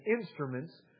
instruments